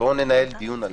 בואו ננהל דיון עליהן.